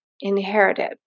inherited